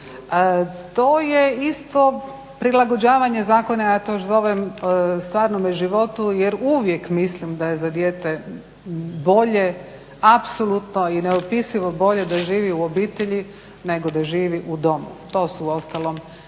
To je isto prilagođavanje zakona, ja to zovem stvarnome životu jer uvijek mislim da je za dijete bolje, apsolutno i neopisivo bolje da živi u obitelji nego da živi u domu, to su uostalom i